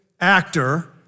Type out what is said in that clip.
actor